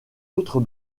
autres